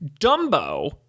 Dumbo